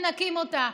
מנקים אותה,